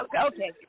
okay